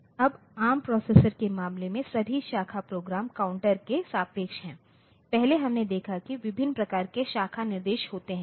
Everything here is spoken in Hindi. अब एआरएम प्रोसेसर के मामले में सभी शाखाएं प्रोग्राम काउंटर के सापेक्ष हैं पहले हमने देखा है कि विभिन्न प्रकार के शाखा निर्देश होते हैं